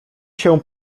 się